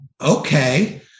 okay